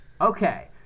Okay